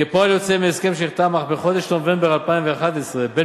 כפועל יוצא מהסכם שנחתם אך בחודש נובמבר 2011 בין